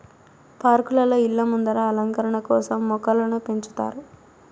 పార్కులలో, ఇళ్ళ ముందర అలంకరణ కోసం మొక్కలను పెంచుతారు